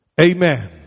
amen